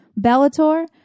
Bellator